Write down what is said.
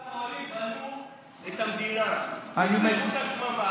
אותם עולים בנו את המדינה והפריחו את השממה,